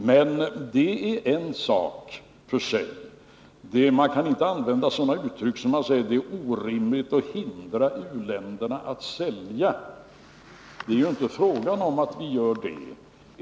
Men det är en sak för sig. Man kan inte använda uttryck som att det är orimligt att hindra u-länderna från att sälja. Det är inte fråga om att vi gör det.